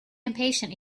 impatient